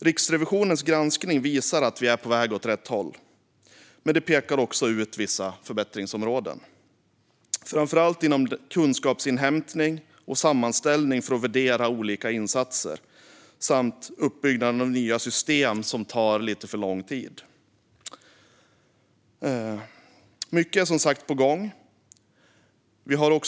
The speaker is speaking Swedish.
Riksrevisionens granskning visar att vi är på väg åt rätt håll. Men man pekar också ut vissa förbättringsområden, framför allt inom kunskapsinhämtning och sammanställning för att värdera olika insatser samt uppbyggnaden av nya system som tar lite för lång tid. Mycket är som sagt på gång.